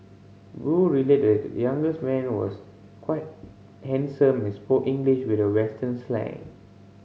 Wu relayed younger's man was quite handsome and spoke English with a western slang